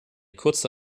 kurze